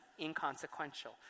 inconsequential